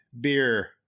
beer